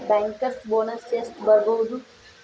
Bankers bonus ಎಷ್ಟ್ ಬರ್ಬಹುದು?